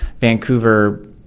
Vancouver